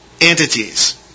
entities